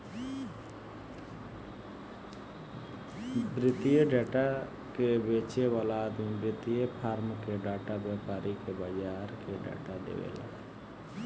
वित्तीय डेटा के बेचे वाला आदमी वित्तीय फार्म के डेटा, व्यापारी के बाजार के डेटा देवेला